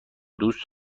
دوست